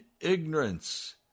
ignorance